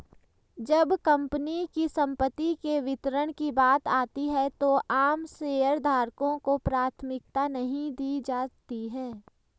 जब कंपनी की संपत्ति के वितरण की बात आती है तो आम शेयरधारकों को प्राथमिकता नहीं दी जाती है